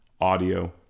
audio